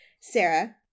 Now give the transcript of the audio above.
Sarah